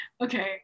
Okay